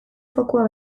fokua